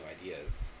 ideas